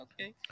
okay